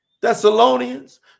Thessalonians